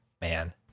Man